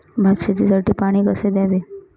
भात शेतीसाठी पाणी कसे द्यावे?